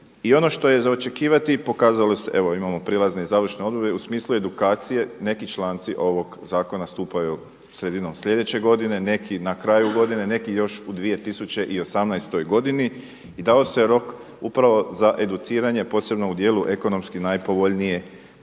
I ono što je za očekivati, evo imamo prijelazne i završne odredbe u smislu edukacije neki članci ovog zakona stupaju sredinom sljedeće godine, neki na kraju godine, neki još u 2018. godini i dao se rok upravo za educiranje posebno u dijelu ekonomski najpovoljnije